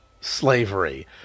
slavery